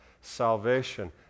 salvation